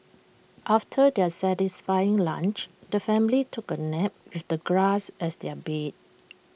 after their satisfying lunch the family took A nap with the grass as their bed